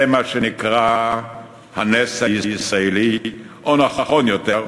זה מה שנקרא "הנס הישראלי" או, נכון יותר,